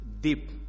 deep